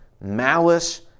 malice